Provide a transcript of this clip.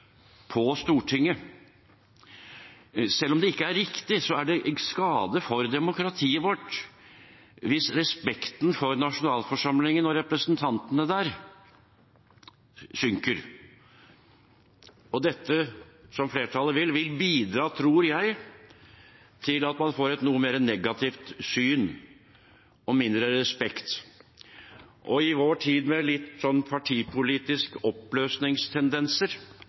på Stortinget. Selv om det ikke er riktig, er det skadelig for demokratiet vårt hvis respekten for nasjonalforsamlingen og representantene der synker. Det som flertallet vil, tror jeg vil bidra til at man får et noe mer negativt syn og mindre respekt. I vår tid, med litt sånn partipolitiske oppløsningstendenser,